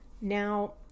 Now